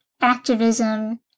activism